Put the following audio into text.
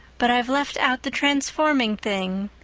but i've left out the transforming thing,